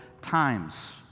times